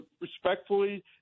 respectfully